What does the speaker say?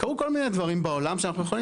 קרו כל מיני דברים בעולם שאנחנו יכולים